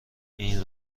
این